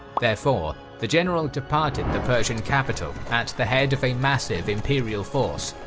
therefore, the general departed the persian capital at the head of a massive imperial force,